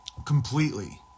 Completely